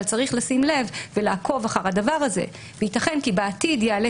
אבל צריך לשים לב ולעקוב אחר הדבר הזה וייתכן כי בעתיד יעלה